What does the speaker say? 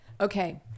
Okay